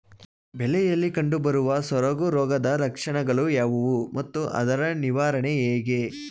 ಬೆಳೆಯಲ್ಲಿ ಕಂಡುಬರುವ ಸೊರಗು ರೋಗದ ಲಕ್ಷಣಗಳು ಯಾವುವು ಮತ್ತು ಅದರ ನಿವಾರಣೆ ಹೇಗೆ?